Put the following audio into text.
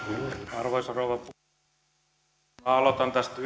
arvoisa rouva puhemies minä aloitan tästä